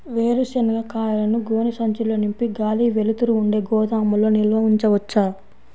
వేరుశనగ కాయలను గోనె సంచుల్లో నింపి గాలి, వెలుతురు ఉండే గోదాముల్లో నిల్వ ఉంచవచ్చా?